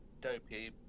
dopey